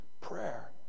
prayer